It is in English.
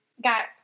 got